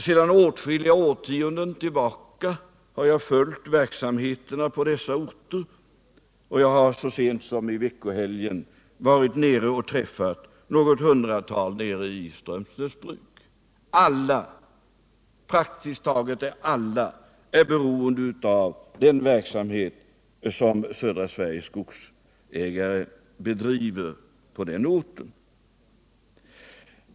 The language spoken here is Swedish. Sedan åtskilliga årtionden tillbaka har jag följt verksamheterna på dessa orter, och jag har så sent som i veckohelgen varit där nere och träffat något hundratal personer i Strömsnäs bruk, där praktiskt taget alla är beroende av den verksamhet som Södra Sveriges skogsägare bedriver på den orten.